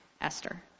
Esther